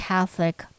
Catholic